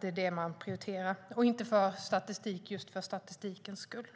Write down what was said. De ska prioritera det, inte statistik för statistikens skull.